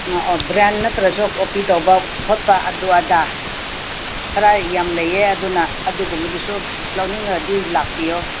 ꯑꯥ ꯑꯥ ꯕ꯭ꯔꯥꯟ ꯅꯠꯇ꯭ꯔꯁꯨ ꯀꯣꯄꯤ ꯇꯧꯕ ꯄꯣꯠꯇ ꯑꯗꯨ ꯑꯗꯥ ꯈꯔ ꯌꯥꯝ ꯂꯩꯌꯦ ꯑꯗꯨꯅ ꯑꯗꯨꯒꯨꯝꯕꯗꯨꯁꯨ ꯂꯧꯅꯤꯡꯂꯗꯤ ꯂꯥꯛꯄꯤꯌꯣ